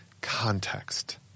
context